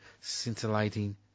scintillating